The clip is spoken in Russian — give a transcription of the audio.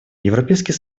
европейский